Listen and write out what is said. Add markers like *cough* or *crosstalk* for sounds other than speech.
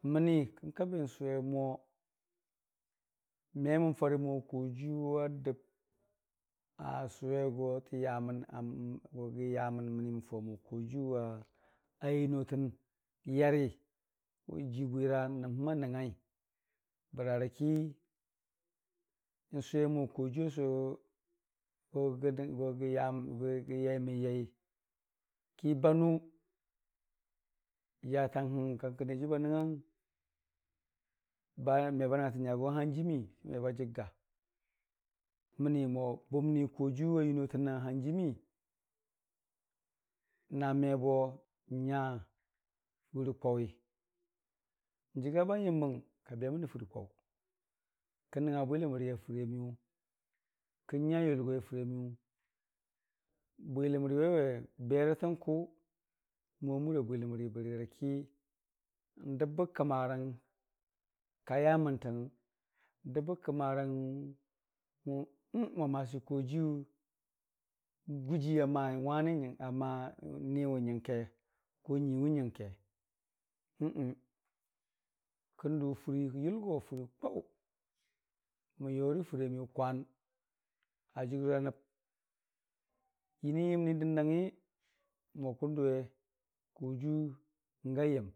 Məni kən kabi n'sʊwe mo men farə mo kojiiyu a dəb a sʊwe go tə yamən *hesitation* gogə yəmən məni mən faʊmo n'kojiiyu a yiri tən yari rə jiibwira nəbhəm a nəng ngai bərarəki n'sʊwe mo n'kojiiyu asʊwego gogə-gogə yaimən yaiki ba nʊ, yaatənghəng kangkə n'niyajiiyu ba nəngngang ba meba nəngngatən nyafʊ n'hanjiimi ki meba jəgga, mənimo bʊmni n'kojiiyu a yunotəna hanjiimi na n'mebo n'nya fərii kwaʊwi, n'jəga bahanjiiməng ka bemən rə fɨrdɨ kwaʊwʊn, kən nəngnga bwiləmri a fəriiya miyʊ, kən nya yʊlgoi a fɨramiyʊ, bwiləmri waiwe berə tən kʊ mʊwa mura bwiləm ri bərirəki n'dəbbə kəmarang ka yaməntangngən, n'dəbbə kəmərangmo *hesitation* masi kojiiyu gujii ama n' *unintelligible* ama niwʊ nyəngke *unintelligible* nyuiiwʊ nəngke *hesitation* kən dʊ fərii yʊlgor fərii kwaʊ mən yorə fərii amiyʊ kwan a jʊgʊra nəb yəni yəmni dəndangngi mokən dʊwe. *unintelligible*